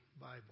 Bible